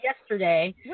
yesterday